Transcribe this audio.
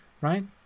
right